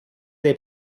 dei